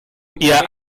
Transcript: ihr